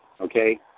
Okay